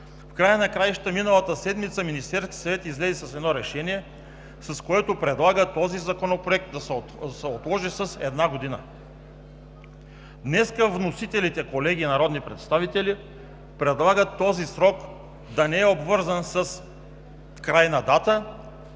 в края на краищата миналата седмица Министерският съвет излезе с решение, с което предлага този законопроект да се отложи с една година. Днес вносителите колеги народни представители предлагат този срок да не е обвързан с крайна дата,